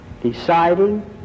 Deciding